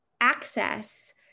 access